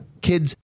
Kids